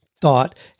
thought